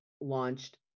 launched